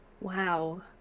Wow